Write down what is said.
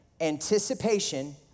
Anticipation